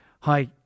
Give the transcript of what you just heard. hi